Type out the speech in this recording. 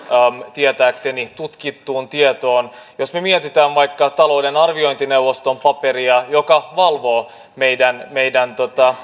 tietääkseni tutkittuun tietoon jos me mietimme vaikka talouden arviointineuvoston paperia joka valvoo meidän meidän